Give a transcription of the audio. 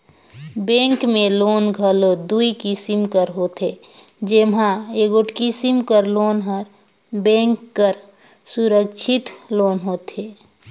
bank में loan घलो दुई किसिम कर होथे जेम्हां एगोट किसिम कर लोन हर बेंक बर सुरक्छित लोन होथे